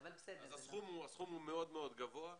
אז הסכום הוא מאוד מאוד גבוה,